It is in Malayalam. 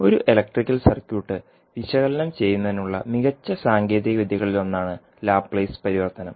ഒരു ഇലക്ട്രിക്കൽ സർക്യൂട്ട് വിശകലനം ചെയ്യുന്നതിനുള്ള മികച്ച സാങ്കേതിക വിദ്യകളിലൊന്നാണ് ലാപ്ലേസ് പരിവർത്തനം